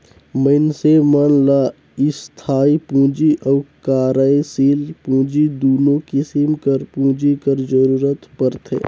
मइनसे मन ल इस्थाई पूंजी अउ कारयसील पूंजी दुनो किसिम कर पूंजी कर जरूरत परथे